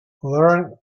learn